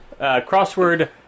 crossword